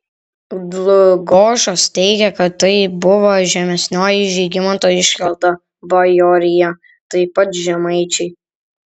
dlugošas teigia kad tai buvo žemesnioji žygimanto iškelta bajorija taip pat žemaičiai